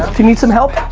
do you need some help?